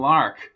Lark